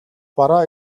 бараа